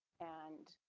and,